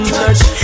touch